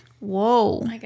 Whoa